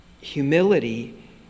humility